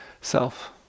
self